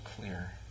clear